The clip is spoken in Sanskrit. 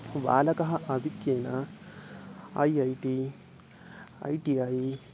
बालकः आधिक्येन ऐ ऐ टि ऐ टि ऐ